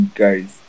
guys